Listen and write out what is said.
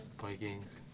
Vikings